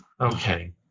Okay